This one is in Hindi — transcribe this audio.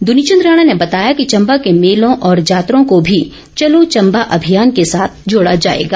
द्वनीचंद राणा ने बताया कि चंबा के मेलों और जातरों को भी चलो चंबा अभियान के साथ जोड़ा जाएगा